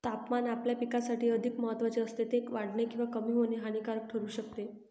तापमान आपल्या पिकासाठी अधिक महत्त्वाचे असते, ते वाढणे किंवा कमी होणे हानिकारक ठरू शकते